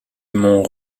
mont